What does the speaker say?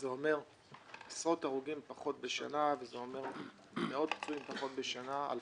זה אומר עשרות הרוגים פחות בשנה ואלפי פצועים פחות בשנה.